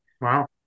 Wow